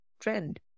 trend